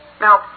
Now